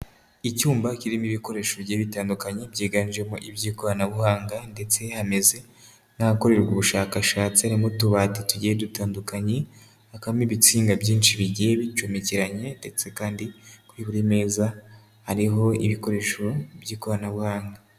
Icyumba kirimo ibikoresho bigiye bitandukanye byiganjemo iby'ikoranabuhanga, ndetse hameze nk'ahakorerwa ubushakashatsi harimo utubati tugiye dutandukanye, hakabamo ibitsinga byinshi bigiye bicomekeranye, ndetse kandi kuri buri meza hariho ibikoresho by'ikoranabuhanga.